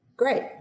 Great